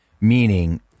meaning